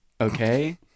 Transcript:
okay